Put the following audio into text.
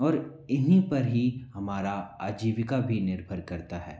और इन्हीं पर ही हमारा आजीविका भी निर्भर करता है